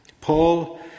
Paul